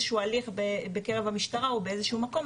שהוא הליך בקרב המשטרה או באיזה שהוא מקום,